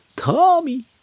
Tommy